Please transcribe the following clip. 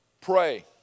pray